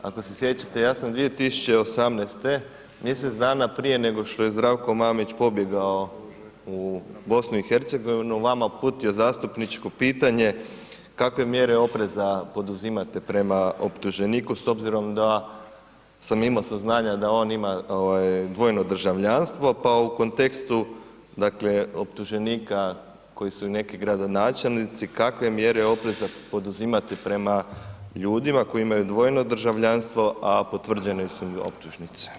Ako se sjećate, ja sam 2018., mjesec dana prije nego što je Zdravko Mamić pobjegao u BiH, vama uputio zastupničko pitanje kakve mjere opreza poduzimate prema optuženiku s obzirom da sam imao saznanja da on ima dvojno državljanstvo, pa u kontekstu dakle optuženika koji su i neki gradonačelnici, kakve mjere opreza poduzimate prema ljudima koji imaju dvojno državljanstvo a potvrđene su im optužnice?